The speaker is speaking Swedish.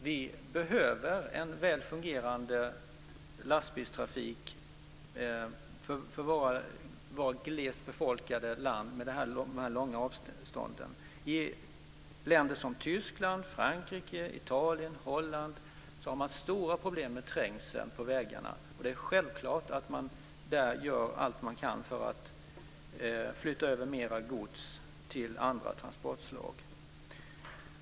Vi behöver en väl fungerande lastbilstrafik för vårt glest befolkade land med dess långa avstånd. I länder som Tyskland, Frankrike, Italien och Holland har man stora problem med trängsel på vägarna, och det är självklart att man där gör allt vad man kan för att flytta över mera gods till andra transportslag.